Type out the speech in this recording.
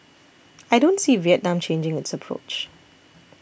I don't see Vietnam changing its approach